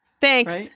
Thanks